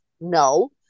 No